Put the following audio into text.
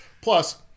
Plus